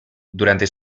durante